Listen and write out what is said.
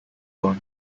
own